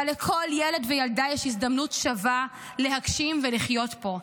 שבה לכל ילד וילדה יש הזדמנות שווה להגשים ולחיות פה,